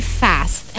fast